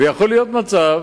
יכול להיות מצב